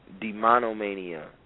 Demonomania